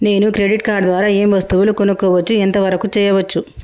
నేను credit card ద్వారా ఏం వస్తువులు కొనుక్కోవచ్చు ఎంత వరకు చేయవచ్చు?